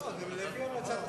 לא, לפי המלצת השר.